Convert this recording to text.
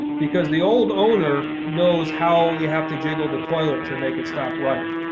because the old owner knows how you have to jiggle the toilet to make it stop running.